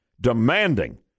demanding